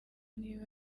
niba